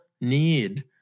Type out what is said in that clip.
need